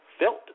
Felt